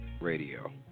Radio